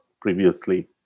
previously